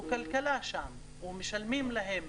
הוא כלכלה שם, משלמים להם,